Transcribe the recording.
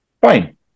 fine